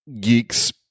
geeks